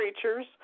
creatures